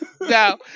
No